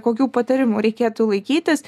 kokių patarimų reikėtų laikytis